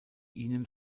ihnen